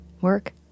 work